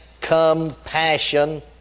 compassion